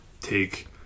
take